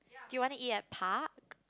do you want to eat at park